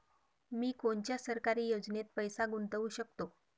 मी कोनच्या सरकारी योजनेत पैसा गुतवू शकतो?